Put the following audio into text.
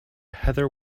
heather